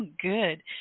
good